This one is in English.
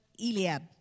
Eliab